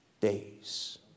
days